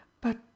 But